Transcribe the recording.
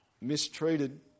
mistreated